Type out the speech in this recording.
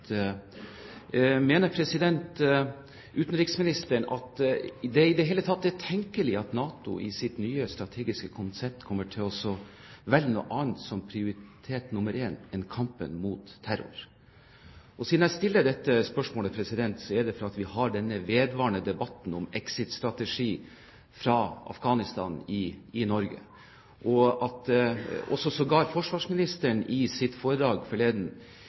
mener utenriksministeren at det i det hele tatt er tenkelig at NATO i sitt nye strategiske konsept kommer til å velge noe annet som prioritet nr. 1 enn kampen mot terror? Når jeg stiller dette spørsmålet, er det fordi vi har denne vedvarende debatten om exit-strategi fra Afghanistan i Norge, og at sågar forsvarsministeren i sitt foredrag forleden